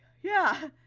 yeah.